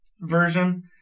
version